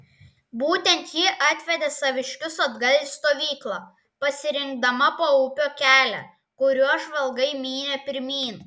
būtent ji atvedė saviškius atgal į stovyklą pasirinkdama paupio kelią kuriuo žvalgai mynė pirmyn